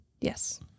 Yes